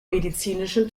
medizinischen